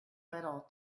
little